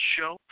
Show